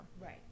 Right